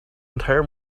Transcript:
entire